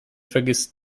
vergisst